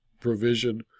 provision